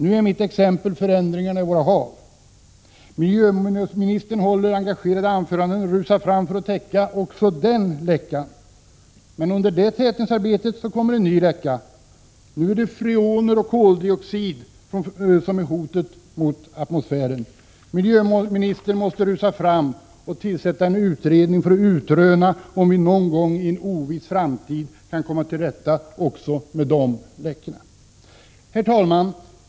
Nu är mitt exempel förändringarna i våra hav: Miljöministern håller engagerande anföranden och rusar fram för att täcka också den läckan. Under tätningsarbetet uppkommer en ny läcka. Nu är det freoner och koldioxid som är hotet mot atmosfären. Miljöministern måste rusa fram och tillsätta en utredning för att utröna om vi någon gång i en oviss framtid kan komma till rätta också med de läckorna. Herr talman!